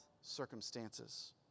circumstances